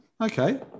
okay